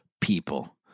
people